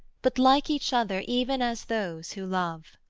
but like each other even as those who love.